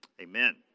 amen